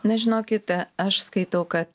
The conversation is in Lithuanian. na žinokite aš skaitau kad